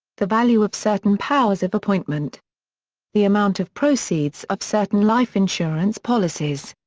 the value of certain powers of appointment the amount of proceeds of certain life insurance policies.